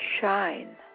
shine